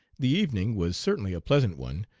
the evening was certainly a pleasant one,